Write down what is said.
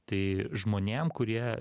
tai žmonėm kurie